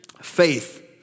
Faith